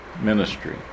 ministry